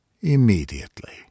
immediately